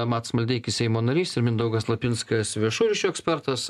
matas maldeikis seimo narys ir mindaugas lapinskas viešųjų ryšių ekspertas